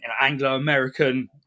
Anglo-American